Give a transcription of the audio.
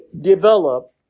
develop